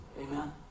Amen